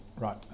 Right